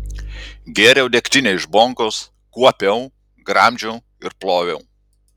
gėriau degtinę iš bonkos kuopiau gramdžiau ir ploviau